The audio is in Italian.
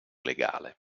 legale